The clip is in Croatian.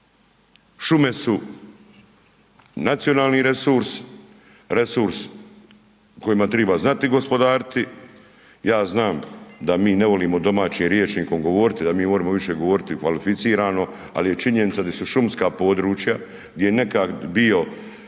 Šume su nacionalni resurs, resurs kojim treba znati gospodariti, ja znam da mi ne volimo domaćim rječnikom govoriti, da mi volim više govoriti kvalificirano ali je činjenica da su šumska područja, gdje je nekad bio